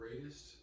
greatest